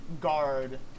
guard